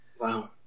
Wow